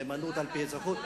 נאמנות על-פי אזרחות.